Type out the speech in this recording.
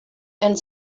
and